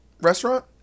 restaurant